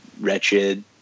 wretched